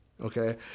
Okay